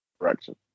direction